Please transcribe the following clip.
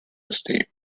estate